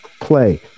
play